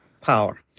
power